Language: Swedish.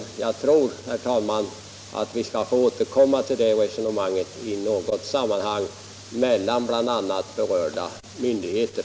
Jag tror, herr talman, att vi får återkomma till det resonemanget i något annat sammanhang, bl.a. i kontakt med berörda myndigheter.